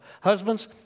Husbands